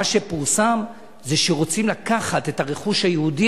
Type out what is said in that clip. מה שפורסם זה שרוצים לקחת את הרכוש היהודי,